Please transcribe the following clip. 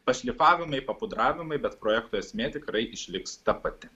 pašlifavimai papudravimai bet projekto esmė tikrai išliks ta pati